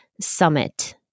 summit